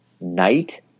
night